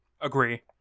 Agree